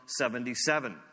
77